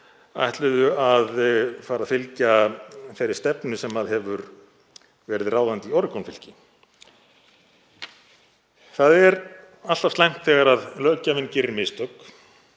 ætluðu að fara að fylgja þeirri stefnu sem hefur verið ráðandi í Oregonfylki. Það er alltaf slæmt þegar löggjafinn gerir mistök